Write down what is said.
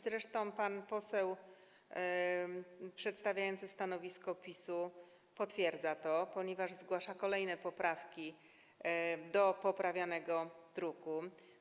Zresztą pan poseł przedstawiający stanowisko PiS to potwierdza, ponieważ zgłasza kolejne poprawki do poprawianych zapisów.